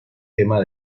tema